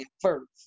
first